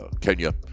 Kenya